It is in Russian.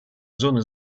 зоны